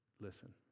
Listen